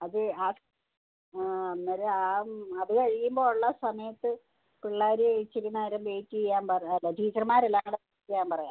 അത് ആ ഒന്നര ആവും അത് കഴിയുമ്പോൾ ഉള്ള സമയത്ത് പിള്ളേരെ ഇച്ചിരി നേരം വെയിറ്റ് ചെയ്യാൻ പറ അല്ല ടീച്ചർമാർ എല്ലാവരുംകൂടെ ചെയ്യാൻ പറയാം